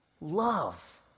love